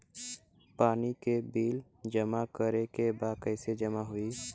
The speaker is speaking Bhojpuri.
पानी के बिल जमा करे के बा कैसे जमा होई?